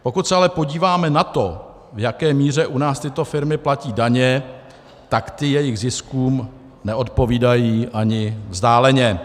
Pokud se ale podíváme na to, v jaké míře u nás tyto firmy platí daně, tak ty jejich ziskům neodpovídají ani vzdáleně.